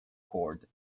cord